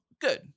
Good